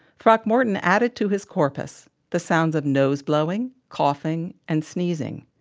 throckmorton added to his corpus the sounds of nose blowing, coughing, and sneezing.